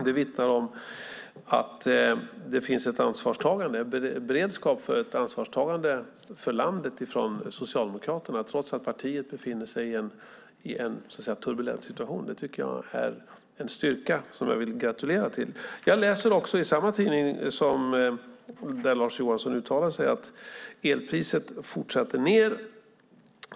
Det vittnar om att det finns en beredskap för ett ansvarstagande från Socialdemokraterna trots att partiet befinner sig i en turbulent situation. Det är en styrka som jag vill gratulera till. Jag läste också i samma tidning där Lars Johansson uttalade sig att elpriset fortsatt ned.